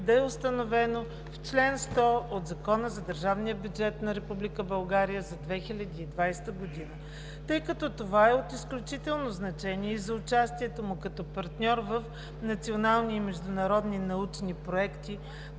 да е установено в чл. 100 от Закона за държавния бюджет на Република България за 2020 г., тъй като това е от изключително значение и за участието му като партньор в национални и международни научни проекти,